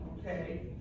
okay